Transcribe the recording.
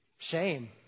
Shame